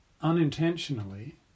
unintentionally